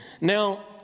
Now